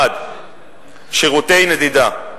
1. שירותי נדידה,